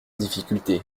difficulté